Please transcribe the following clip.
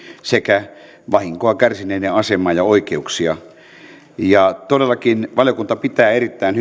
sekä vahinkoa kärsineiden asemaa ja oikeuksia todellakin valiokunta pitää erittäin